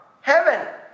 heaven